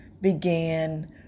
began